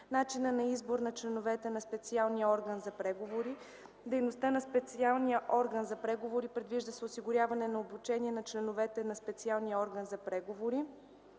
начина на избор на членовете на специалния орган за преговори; - дейността на специалния орган за преговори. Предвижда се осигуряване на обучение на членовете на специалния орган за преговори;